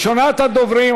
ראשונת הדוברים,